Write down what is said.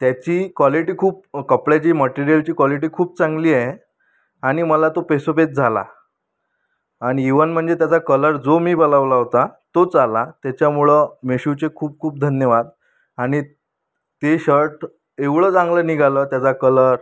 त्याची क्वालिटी खूप कपड्याची मटेरियलची क्वालिटी खूप चांगली आहे आणि मला तो पेसोपेस झाला आणि इव्हन म्हणजे त्याचा कलर जो मी बोलावलं होता तोच आला त्याच्यामुळं मीशोचे खूप खूप धन्यवाद आणि ते शर्ट एवढं चांगलं निघालं त्याचा कलर